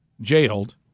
jailed